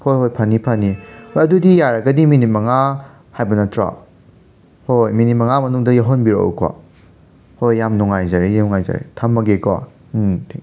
ꯍꯣꯏ ꯍꯣꯏ ꯐꯅꯤ ꯐꯅꯤ ꯍꯣꯏ ꯑꯗꯨꯒꯤ ꯌꯥꯔꯒꯗꯤ ꯃꯤꯅꯤꯠ ꯃꯉꯥ ꯍꯥꯏꯕ ꯅꯠꯇ꯭ꯔꯣ ꯍꯣ ꯍꯣꯏ ꯃꯤꯅꯤꯠ ꯃꯉꯥ ꯃꯅꯨꯡꯗ ꯌꯧꯍꯟꯕꯤꯔꯛꯎꯀꯣ ꯍꯣꯏ ꯌꯥꯝ ꯅꯨꯡꯉꯥꯏꯖꯔꯦ ꯅꯨꯡꯉꯥꯏꯖꯔꯦ ꯊꯝꯃꯒꯦꯀꯣ ꯎꯝ ꯊꯦ